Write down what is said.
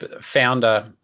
founder